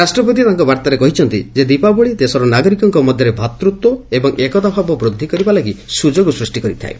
ରାଷ୍ଟପତି ତାଙ୍କ ବାର୍ତ୍ତାରେ କହିଛନ୍ତି ଯେ ଦୀପାବଳି ଦେଶର ନାଗରିକଙ୍କ ମଧ୍ଘରେ ଭ୍ରାତୃତ୍ବ ଏବଂ ଏକତା ଭାବ ବୃଦ୍ଧି କରିବା ଲାଗି ସୁଯୋଗ ସୃଷି କରିଥାଏ